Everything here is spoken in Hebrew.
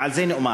ועל זה נאמר: